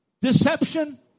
Deception